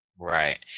Right